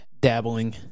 dabbling